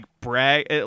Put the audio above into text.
brag